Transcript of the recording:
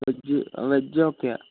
veg veg okay ആണ്